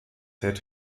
head